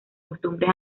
costumbres